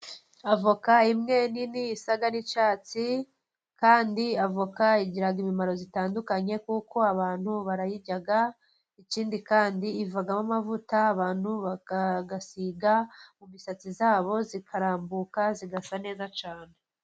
Avoka imwe nini isa n'icyatsi kandi avoka igira imimaro itandukanye, kuko abantu barayirya. Ikindi kandi ivamo amavuta abantu bakayasiga mu misatsi yabo, ikarambuka igasa neza cyane.